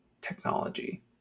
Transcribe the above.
technology